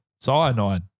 cyanide